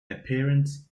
appearance